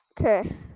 Okay